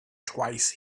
twice